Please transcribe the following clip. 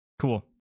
Cool